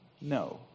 No